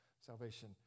Salvation